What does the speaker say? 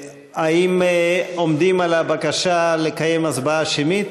האם עומדים על הבקשה לקיים הצבעה שמית?